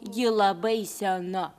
ji labai sena